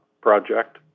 project